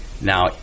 Now